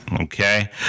Okay